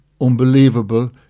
unbelievable